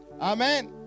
Amen